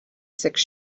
six